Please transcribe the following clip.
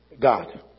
God